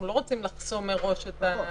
אנחנו לא רוצים לחסום מראש את ההסדר.